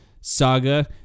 saga